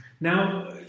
Now